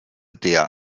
der